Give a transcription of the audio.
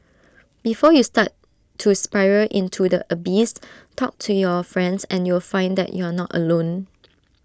before you start to spiral into the abyss talk to your friends and you'll find that you are not alone